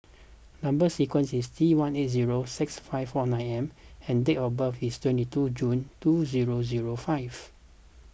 Number Sequence is T one eight zero six five four nine M and date of birth is twenty two June two zero zero five